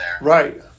Right